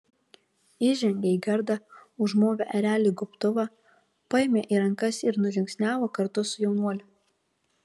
įžengė į gardą užmovė ereliui gobtuvą paėmė į rankas ir nužingsniavo kartu su jaunuoliu